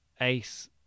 Ace